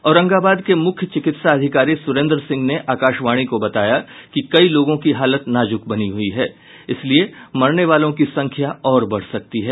औरंगाबाद के मुख्य चिकित्सा अधिकारी सुरेन्द्र सिंह ने आकाशवाणी को बताया कि कई लोगों की हालत नाजुक बनी हुई है इसलिए मरने वालों की संख्या और बढ़ सकती है